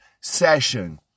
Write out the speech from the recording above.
session